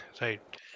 Right